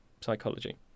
psychology